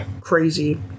crazy